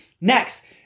Next